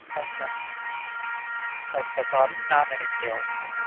अच्छा अच्छा तो आप चार लाइट ले आओ